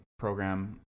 program